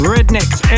Rednecks